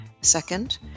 Second